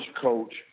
coach